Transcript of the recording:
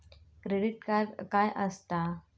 Credit card काय असता?